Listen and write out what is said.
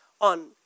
on